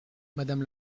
madame